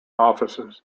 offices